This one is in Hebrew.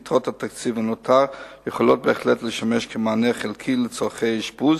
יתרות התקציב הנותר יכולות בהחלט לשמש מענה חלקי על צורכי אשפוז.